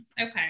okay